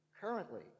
currently